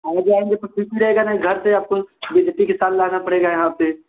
आ जाएँगे तो ठीक ही रहेगा नहीं घर से आपको बेइज्जती के साथ लाना पड़ेगा यहाँ पर